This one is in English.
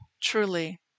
truly